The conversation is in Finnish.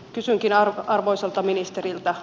kysynkin arvoisalta ministeriltä